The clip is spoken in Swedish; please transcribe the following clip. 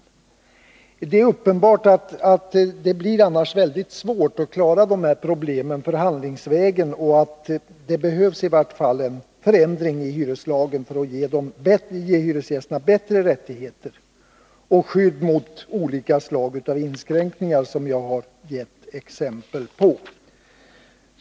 Det är uppenbart att det annars blir väldigt svårt att klara problemen förhandlingsvägen. Det behövs i vart fall förändring av hyreslagen för att ge hyresgästerna bättre rättigheter och skydd mot olika slag av inskränkningar, som jag har givit exempel på.